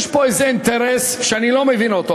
יש פה איזה אינטרס שאני לא מבין אותו,